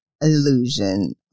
Illusion